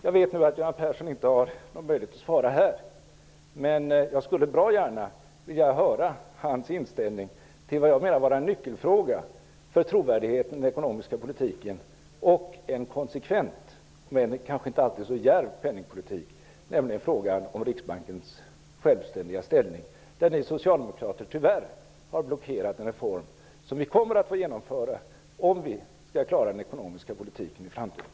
Jag vet att Göran Persson inte har någon möjlighet att svara nu, men jag skulle bra gärna vilja höra hans inställning till det jag anser vara nyckelfrågan för trovärdigheten för den ekonomiska politiken och för en konsekvent men kanske inte alltid så djärv penningpolitik, nämligen frågan om Riksbankens självständiga ställning. Där har ni socialdemokrater tyvärr blockerat den reform som vi kommer att få genomföra om vi skall klara den ekonomiska politiken i framtiden.